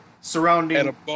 surrounding